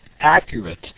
accurate